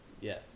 Yes